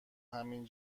همین